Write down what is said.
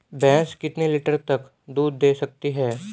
भैंस कितने लीटर तक दूध दे सकती है?